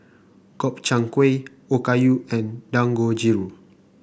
Gobchang Gui Okayu and Dangojiru